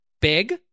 big